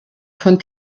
von